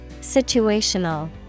Situational